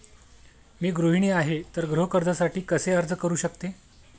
मी गृहिणी आहे तर गृह कर्जासाठी कसे अर्ज करू शकते?